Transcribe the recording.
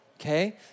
Okay